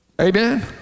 Amen